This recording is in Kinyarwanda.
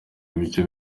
ibice